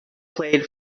played